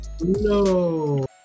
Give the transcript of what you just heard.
No